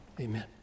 amen